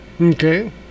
Okay